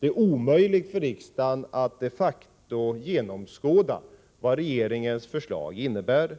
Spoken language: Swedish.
Det är de facto omöjligt för riksdagen att genomskåda vad regeringens förslag innebär.